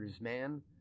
man